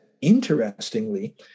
interestingly